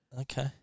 Okay